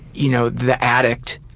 you know, the addict